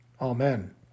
Amen